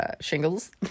shingles